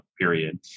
period